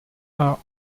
are